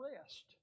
rest